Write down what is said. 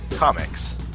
Comics